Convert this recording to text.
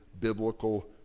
biblical